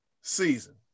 season